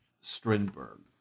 Strindberg